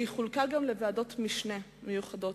היא חולקה גם לוועדות משנה מיוחדות.